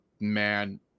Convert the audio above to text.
man